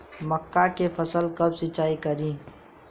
मका के फ़सल कब सिंचाई करी?